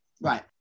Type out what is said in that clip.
Right